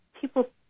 people